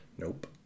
nope